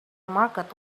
market